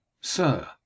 Sir